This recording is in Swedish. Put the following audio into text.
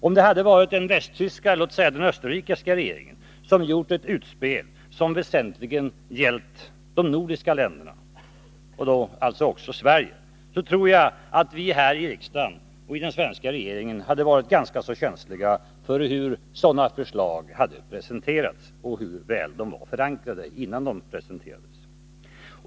Om det hade varit den västtyska, eller låt oss säga den österrikiska regeringen som hade gjort ett utspel som väsentligen gällt de nordiska länderna och alltså också Sverige, tror jag att vi här i riksdagen och den svenska regeringen hade varit ganska känsliga för hur sådana förslag hade presenterats och hur väl de varit förankrade, innan de presenterades.